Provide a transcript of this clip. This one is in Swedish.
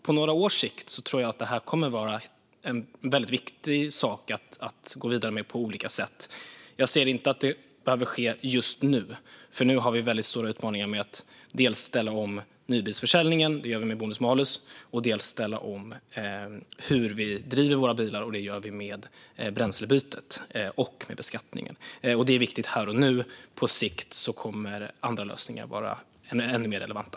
På några års sikt tror jag att det här kommer att vara en väldigt viktig sak att gå vidare med på olika sätt. Jag ser inte att det behöver ske just nu, för nu har vi stora utmaningar med att dels ställa om nybilsförsäljningen - det gör vi med bonus-malus - dels ställa om hur vi driver våra bilar, och det gör vi med bränslebytet och med beskattningen. Det är viktigt här och nu. På sikt kommer andra lösningar att vara än mer relevanta.